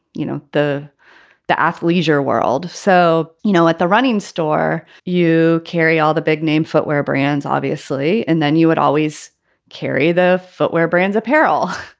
you know, the the athleisure world. so, you know, at the running store, you carry all the big name footwear brands, obviously. and then you would always carry the footwear brands, apparel.